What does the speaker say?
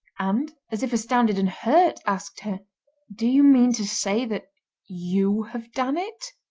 and, as if astounded and hurt, asked her do you mean to say that you have done it